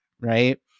right